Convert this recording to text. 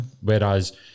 Whereas